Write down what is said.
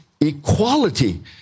equality